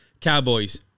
Cowboys